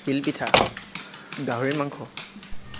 তিলপিঠা গাহৰি মাংস